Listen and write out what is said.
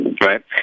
right